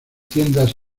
tiendas